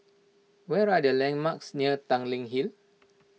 what are the landmarks near Tanglin Hill